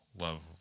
Love